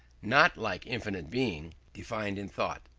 not, like infinite being, defined in thought.